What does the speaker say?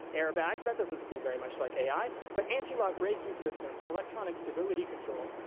airbags, that doesn't seem very much like ai. but antilock breaking systems, electronic stability control,